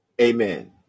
amen